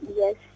yes